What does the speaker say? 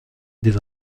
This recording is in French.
des